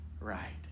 Right